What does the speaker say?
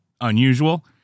unusual